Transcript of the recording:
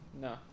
No